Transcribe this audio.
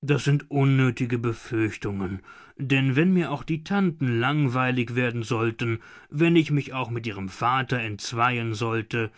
das sind unnötige befürchtungen denn wenn mir auch die tanten langweilig werden sollten wenn ich mich auch mit ihrem vater entzweien sollte